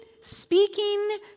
speaking